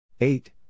eight